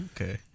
Okay